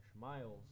Miles